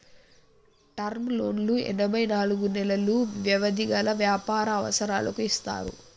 term లోన్లు ఎనభై నాలుగు నెలలు వ్యవధి గల వ్యాపార అవసరాలకు ఇస్తారు